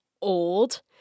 old